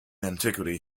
antiquity